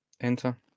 enter